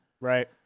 right